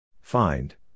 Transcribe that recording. Find